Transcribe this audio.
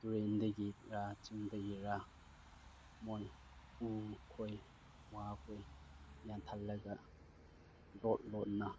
ꯇꯨꯔꯦꯜꯗꯒꯤꯔꯥ ꯆꯤꯡꯗꯒꯤꯔꯥ ꯃꯣꯏ ꯎꯈꯣꯏ ꯋꯥꯈꯣꯏ ꯌꯥꯟꯊꯠꯂꯒ ꯂꯣꯗ ꯂꯣꯗꯅ